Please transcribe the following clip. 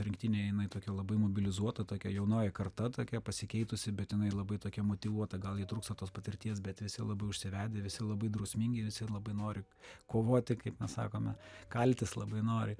rinktinė jinai tokia labai mobilizuota tokia jaunoji karta tokia pasikeitusi bet jinai labai tokia motyvuota gal trūksta tos patirties bet visi labai užsivedę visi labai drausmingi visi labai nori kovoti kaip mes sakome kaltis labai nori